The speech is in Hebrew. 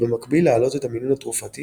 ובמקביל להעלות את המינון התרופתי